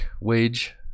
wage